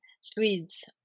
Swedes